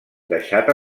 deixat